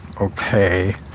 okay